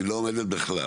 היא לא עומדת בכלל.